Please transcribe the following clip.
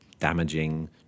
Damaging